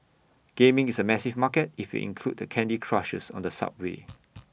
gaming is A massive market if you include the candy Crushers on the subway